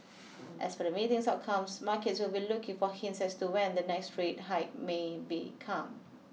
as for the meeting's outcomes markets will be looking for hints as to when the next rate hike may be come